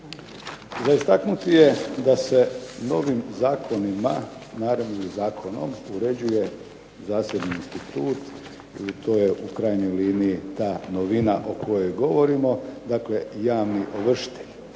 Za istaknuti je da se novim zakonima … zakonom uređuje zasebni institut i to je u krajnjoj liniji ta novina o kojoj govorimo. Dakle, javni ovršitelj.